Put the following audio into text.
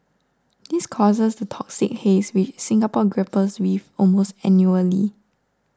this causes the toxic haze which Singapore grapples with almost annually